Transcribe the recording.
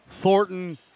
Thornton